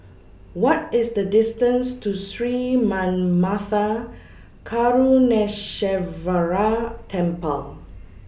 What IS The distance to Sri Manmatha Karuneshvarar Temple